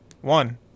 one